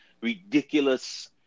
ridiculous